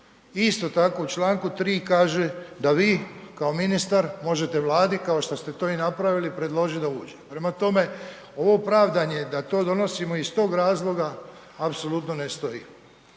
Isto tako u čl. 3. kaže da vi kao ministar možete Vladi kao što ste to i napravili predložiti da uđe. Prema tome, ovo pravdanje da to donosimo iz tog razloga apsolutno ne stoji.